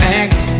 act